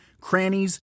crannies